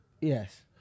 Yes